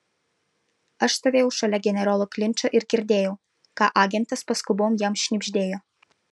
aš stovėjau šalia generolo klinčo ir girdėjau ką agentas paskubom jam šnibždėjo